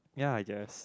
ya I guess